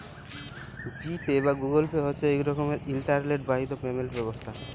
জি Pay বা Google Pay হছে ইক রকমের ইলটারলেট বাহিত পেমেল্ট ব্যবস্থা